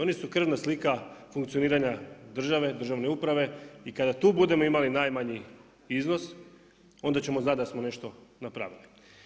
Oni su krvna slika funkcioniranja države, državne uprave i kada tu budemo imali najmanji iznos, onda ćemo znati da smo nešto napravili.